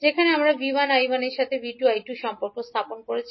যেখানে আমরা 𝐕1 𝐈1 এর সাথে 𝐕2 𝐈2 এর সম্পর্ক স্থাপন করি